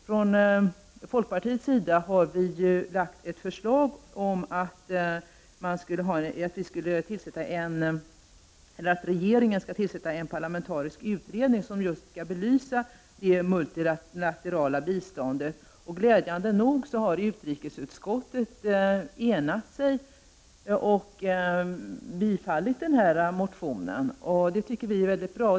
Från folkpartiets sida har vi lagt fram ett förslag om att regeringen skall tillsätta en parlamentarisk utredning som just skall belysa det multilaterala biståndet. Glädjande nog har utrikesutskottet enat sig och tillstyrkt motionen. Det tycker vi är väldigt bra.